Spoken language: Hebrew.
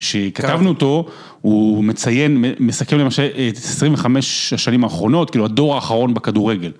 שכתבנו אותו, הוא מציין, מסכם למשל את 25 השנים האחרונות, כאילו הדור האחרון בכדורגל.